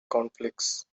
conflicts